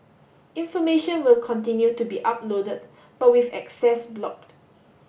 information will continue to be uploaded but with access blocked